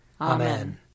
Amen